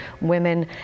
women